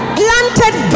planted